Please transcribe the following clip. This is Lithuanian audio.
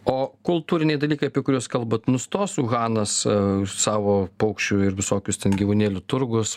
o kultūriniai dalykai apie kuriuos kalbat nustos uhanas savo paukščių ir visokius ten gyvūnėlių turgus